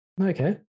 Okay